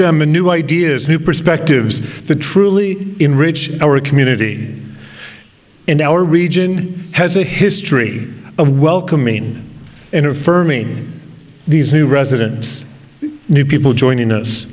them a new ideas new perspectives the truly enrich our community and our region has a history of welcoming and affirming these new residents new people joining us